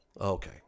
Okay